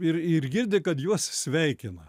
ir ir girdi kad juos sveikina